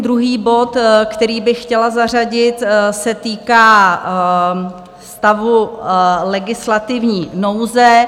Druhý bod, který bych chtěla zařadit, se týká stavu legislativní nouze.